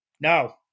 no